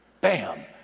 Bam